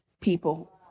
people